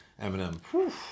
Eminem